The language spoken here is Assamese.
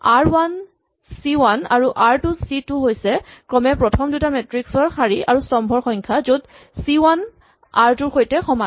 আৰ ৱান চি ৱান আৰু আৰ টু চি টু হৈছে ক্ৰমে প্ৰথম দুটা মেট্ৰিক্স ৰ শাৰী আৰু স্তম্ভৰ সংখ্যা য'ত চি ৱান আৰ টু ৰ সৈতে সমান